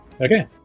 okay